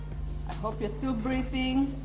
i hope you're still breathing.